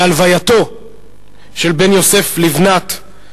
בהלווייתו של בן יוסף לבנת,